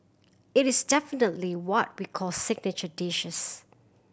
it is definitely what we call signature dishes